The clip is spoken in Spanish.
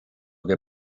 que